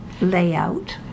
layout